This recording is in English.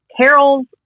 carol's